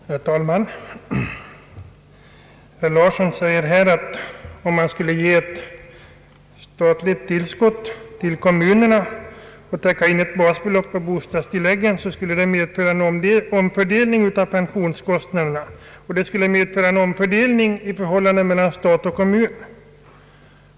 Herr talman! Herr Larsson sade att om man skulle ge ett statligt tillskott till kommunerna för att täcka in ett basbelopp för bostadstilläggen, så skulle det medföra en omfördelning av pensionskostnaderna mellan stat och kommun.